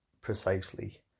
precisely